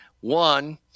One